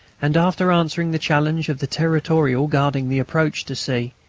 and, after answering the challenge of the territorial guarding the approach to c,